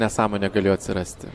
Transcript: nesąmonė galėjo atsirasti